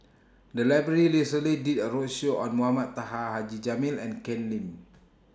The Library recently did A roadshow on Mohamed Taha Haji Jamil and Ken Lim